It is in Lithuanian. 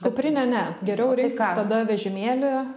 kuprinė ne geriau rinktis tada vežimėlį